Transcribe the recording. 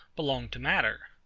belong to matter.